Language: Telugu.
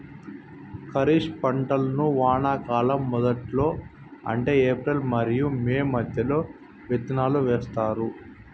ఖరీఫ్ పంటలను వానాకాలం మొదట్లో అంటే ఏప్రిల్ మరియు మే మధ్యలో విత్తనాలు వేస్తారు